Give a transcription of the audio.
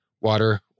water